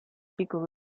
pico